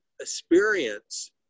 experience